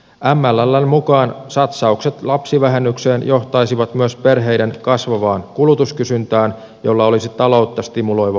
mlln mukaan satsaukset lapsivähennykseen johtaisivat myös perheiden kasvavaan kulutuskysyntään jolla olisi taloutta stimuloiva vaikutus